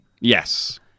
Yes